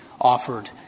offered